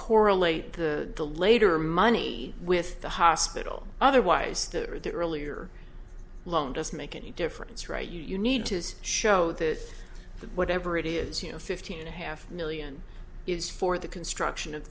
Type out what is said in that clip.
correlate the the later money with the hospital otherwise the earlier loan doesn't make any difference right you need to show that the whatever it is you know fifteen and a half million is for the construction of